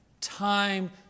time